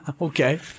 Okay